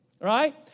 right